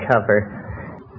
cover